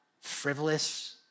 frivolous